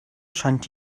scheint